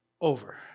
over